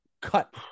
cut